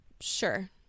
sure